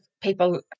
people